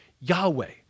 Yahweh